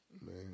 Man